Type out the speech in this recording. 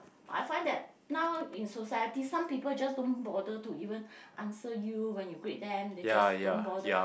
I find that now in society some people just don't bother to even answer you when you greet them they just don't bother